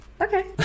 Okay